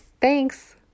thanks